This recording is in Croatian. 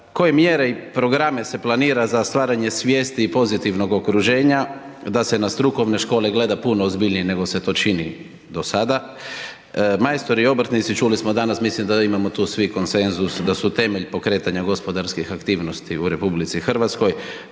koje mjere i programe se planira za stvaranje svijesti i pozitivnog okruženja, da se na strukovne škole gleda puno ozbiljnije nego se to čini do sada. Majstori i obrtnici, čuli smo danas, mislim da imamo tu svi konsenzus, da su temelj pokretanja gospodarskih aktivnosti u RH, pa evo